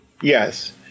Yes